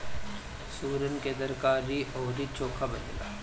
सुरन के तरकारी अउरी चोखा बनेला